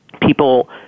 people